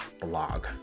blog